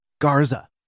Garza